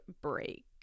break